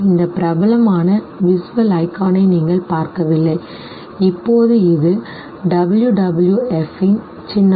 இந்த பிரபலமான visual icon ஐ நீங்கள் பார்க்கவில்லை இப்போது இது WWF இன் சின்னம்